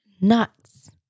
nuts